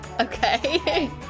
Okay